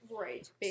Right